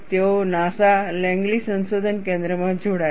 તેઓ NASA Langley સંશોધન કેન્દ્રમાં જોડાયા